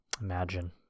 Imagine